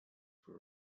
were